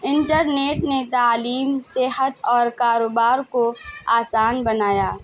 internet نے تعلیم صحت اور کاروبار کو آسان بنایا